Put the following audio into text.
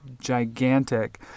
gigantic